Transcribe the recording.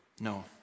No